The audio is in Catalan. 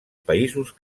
països